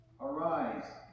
Arise